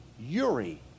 Uri